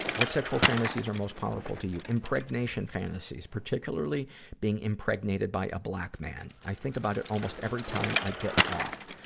what sexual fantasies are most powerful to you? impregnation fantasies. particularly being impregnated by a black man. i think about it almost every time i get off.